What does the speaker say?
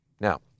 Now